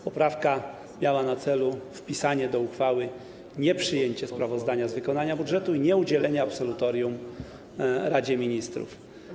Poprawka miała na celu wpisanie do uchwały informacji o nieprzyjęciu sprawozdania z wykonania budżetu i nieudzieleniu absolutorium Radzie Ministrów.